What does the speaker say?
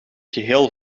geheel